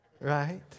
Right